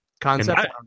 concept